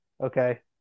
Okay